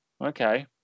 okay